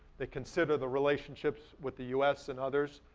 they consider the relationships with the us and others.